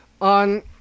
On